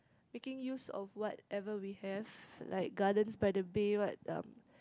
making use of whatever we have like Gardens-by-the-Bay what um